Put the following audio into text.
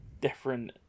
different